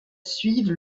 suivent